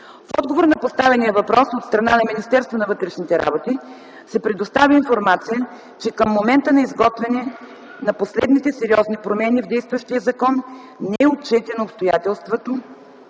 В отговор на поставения въпрос от страна на Министерството на вътрешните работи се предостави информация, че към момента на изготвянето на последните сериозни промени в действащия закон не е отчетено обстоятелството,